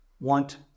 want